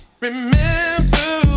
Remember